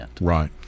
Right